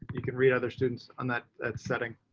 you can read other students on that setting.